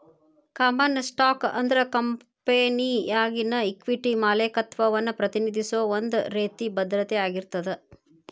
common stock ಅಂದ್ರ ಕಂಪೆನಿಯಾಗಿನ equity ಮಾಲೇಕತ್ವವನ್ನ ಪ್ರತಿನಿಧಿಸೋ ಒಂದ್ ರೇತಿ ಭದ್ರತೆ ಆಗಿರ್ತದ